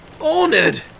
honored